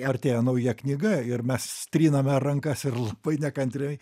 artėja nauja knyga ir mes triname rankas ir labai nekantriai